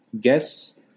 guess